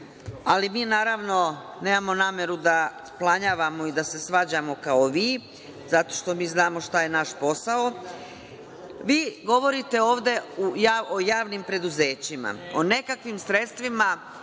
ali mi naravno nemamo nameru da se svađamo, kao vi, zato što znamo šta je naš posao. Vi govorite ovde o javnim preduzećima, o nekakvim sredstvima